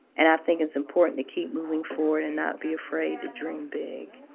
and i think it's important to keep moving forward and not be afraid to dream big.